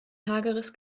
hageres